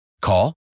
Call